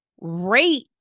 rate